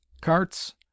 Carts